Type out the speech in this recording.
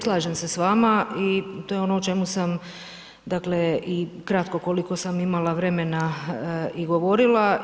Slažem se s vama i to je ono o čemu sam i kratko koliko sam imala vremena i govorila.